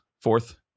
Fourth